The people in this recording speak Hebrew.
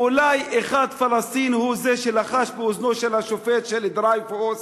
ואולי אחד פלסטיני הוא שלחש באוזנו של השופט של דרייפוס,